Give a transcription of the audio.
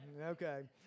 Okay